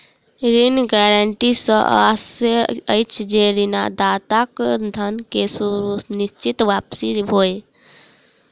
ऋण गारंटी सॅ आशय अछि जे ऋणदाताक धन के सुनिश्चित वापसी होय